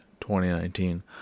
2019